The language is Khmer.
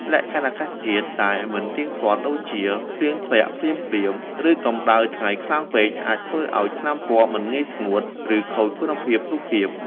លក្ខខណ្ឌអាកាសធាតុដែលមិនទៀងទាត់ ដូចជាភ្លៀងធ្លាក់ភ្លាមៗ ឬកម្ដៅថ្ងៃខ្លាំងពេក អាចធ្វើឱ្យថ្នាំពណ៌មិនងាយស្ងួត ឬខូចគុណភាពរូបភាព។